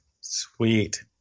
Sweet